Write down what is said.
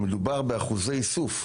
מדובר באחוזי איסוף.